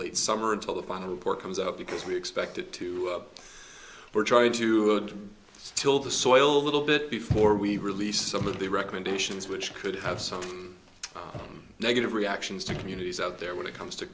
late summer until the final report comes out because we expected to up we're trying to till the soil a little bit before we release some of the recommendations which could have some negative reactions to communities out there when it comes to